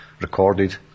recorded